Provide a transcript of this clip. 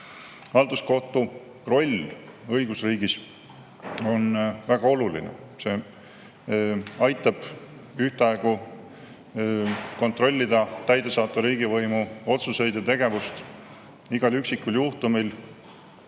Halduskohtu roll õigusriigis on väga oluline. See aitab ühtaegu kontrollida täidesaatva riigivõimu otsuseid ja tegevust igal üksikul juhtumil,